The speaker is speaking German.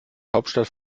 hauptstadt